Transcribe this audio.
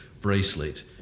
bracelet